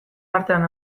artean